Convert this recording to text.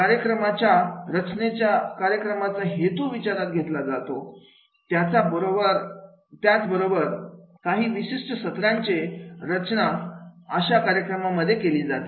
कार्यक्रमाच्या रचनेमध्ये कार्यक्रमाचा हेतू विचारात घेतला जातो त्याच बरोबर काही विशिष्ट सत्रांचे रचना अशा कार्यक्रमांमध्ये केली जाते